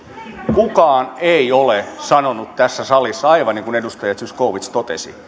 kukaan ei ole sanonut tässä salissa aivan niin kuin edustaja zyskowicz totesi